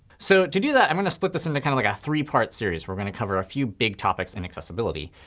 so to do that, i'm going to split this into kind of like a three-part series. we're going to cover a few big topics in accessibility.